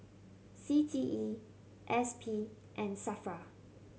C T E S P and SAFRA